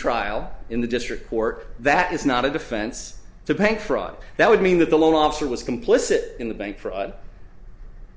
trial in the district court that is not a defense to paint fraud that would mean that the loan officer was complicit in the bank fraud